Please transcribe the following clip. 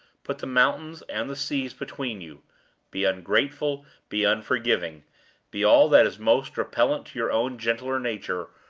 put the mountains and the seas between you be ungrateful be unforgiving be all that is most repellent to your own gentler nature,